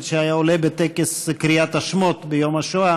שהיה עולה בטקס קריאת השמות ביום השואה